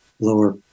lower